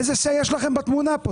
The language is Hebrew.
איזה Say יש לכם בתמונה פה?